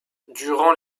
durant